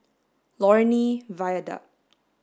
Lornie Viaduct